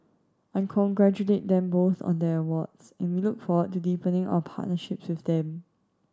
I congratulate them both on their awards in look forward to deepening our partnership with them